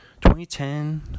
2010